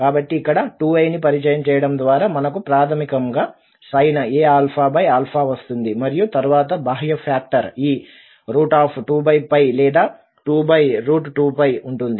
కాబట్టి ఇక్కడ 2i ని పరిచయం చేయడం ద్వారా మనకు ప్రాథమికంగా sin⁡aα వస్తుంది మరియు తరువాత బాహ్య ఫాక్టర్ ఈ 2 లేదా 22 ఉంటుంది